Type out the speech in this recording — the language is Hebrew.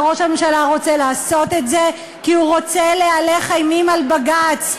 ראש הממשלה רוצה לעשות את זה כי הוא רוצה להלך אימים על בג"ץ,